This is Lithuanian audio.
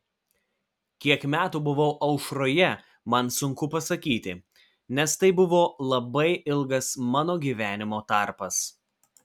kiek metų buvau aušroje man sunku pasakyti nes tai buvo labai ilgas mano gyvenimo tarpas